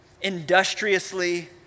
Industriously